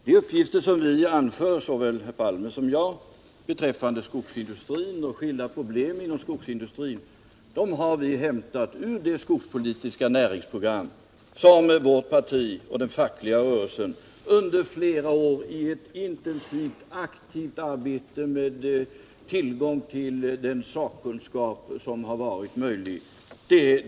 De uppgifter som såväl herr Palme som jag anför beträffande skilda problem inom skogsindustrin har vi hämtat ur det skogspolitiska program som vårt parti och den fackliga rörelsen har utformat under flera års intensivt arbete med tillgång till den sakkunskap som finns på området.